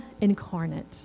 incarnate